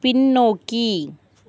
பின்னோக்கி